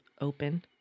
open